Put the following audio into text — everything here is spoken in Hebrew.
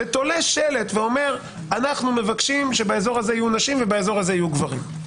ותולה שלט שאומר: אנחנו מבקשים שבאזור הזה יהיו נשים ובאזור הזה גברים.